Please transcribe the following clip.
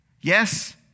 Yes